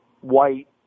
white